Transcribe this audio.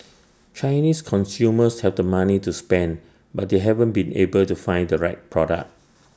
Chinese consumers have the money to spend but they haven't been able to find the right product